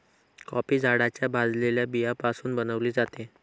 coffee झाडाच्या भाजलेल्या बियाण्यापासून बनविली जाते